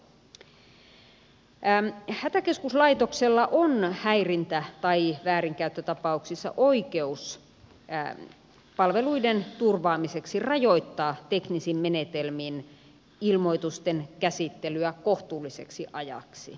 hätäkeskuslaitoksella on häirintä tai väärinkäyttötapauksissa oikeus palveluiden turvaamiseksi rajoittaa teknisin menetelmin ilmoitusten käsittelyä kohtuulliseksi ajaksi